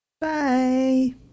bye